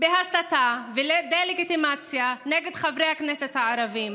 בהסתה ודה-לגיטימציה נגד חברי הכנסת הערבים,